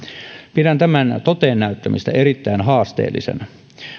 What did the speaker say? pidän tämän toteennäyttämistä erittäin haasteellisena